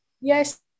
Yes